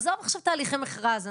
עזוב עכשיו תהליכי מכרז.